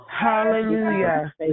Hallelujah